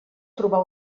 trobar